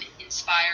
inspire